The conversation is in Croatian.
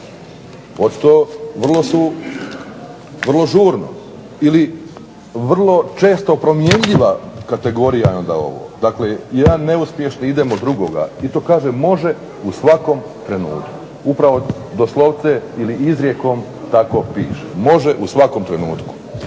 svakom trenutku. Vrlo žurno ili vrlo često promjenjiva kategorija … dakle ja neuspješno idemo od drugoga i to kaže može u svakom trenutku. Upravo doslovce ili izrijekom tako piše. Može u svakom trenutku.